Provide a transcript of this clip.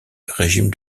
régime